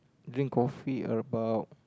drink coffee about